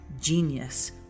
Genius